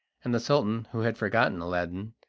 and the sultan, who had forgotten aladdin,